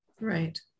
Right